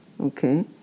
Okay